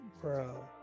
Bro